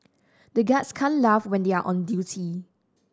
the guards can't laugh when they are on duty